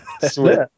Sweet